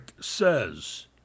says